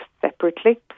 separately